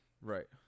Right